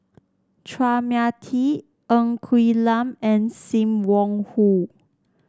Chua Mia Tee Ng Quee Lam and Sim Wong Hoo